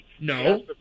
no